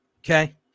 Okay